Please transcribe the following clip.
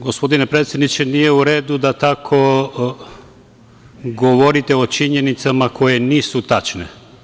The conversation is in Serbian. Gospodine predsedniče, nije u redu da tako govorite o činjenicama koje nisu tačne.